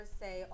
say